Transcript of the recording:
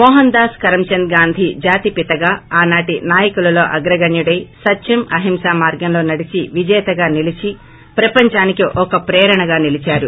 మోహన్ దాస్ కరంచంద్ గాంధీ జాతి పితాగా ఆనాటి నాయకులలో అగ్రగణ్యుడై సత్యం అహింసా మార్గంలో నడిచి విజేతగా నిలిచి ప్రపంచానికి ఒక ప్రేరణగా నిలిచారు